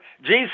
Jesus